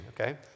Okay